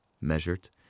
measured